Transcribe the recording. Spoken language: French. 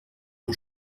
mon